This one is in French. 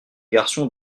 garçon